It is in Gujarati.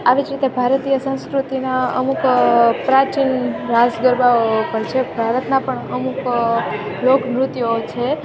આવી જ રીતે ભારતીય સંસ્કૃતિના અમુક પ્રાચીન રાસ ગરબાઓ પણ છે ભારતના પણ અમુક લોક નૃત્યો છે